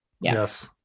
Yes